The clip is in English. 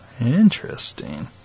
Interesting